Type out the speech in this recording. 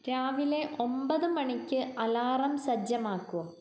രാവിലെ ഒൻപത് മണിക്ക് അലാറം സജ്ജമാക്കുക